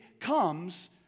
comes